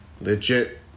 Legit